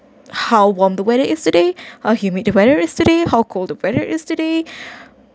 how warm the weather is today or humid the weather is today how cold the weather is today